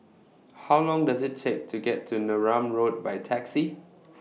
How Long Does IT Take to get to Neram Road By Taxi